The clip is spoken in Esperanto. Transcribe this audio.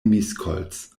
miskolc